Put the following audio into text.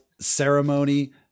ceremony